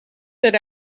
that